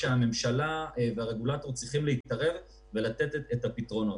והרגולטור צריכים להתערב ולתת את הפתרונות.